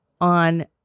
on